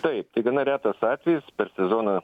taip tai gana retas atvejis per sezoną